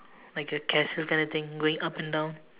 like a castle kind of thing going up and down